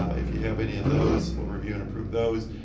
so if you have any of those, we'll review and approve those.